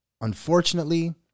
unfortunately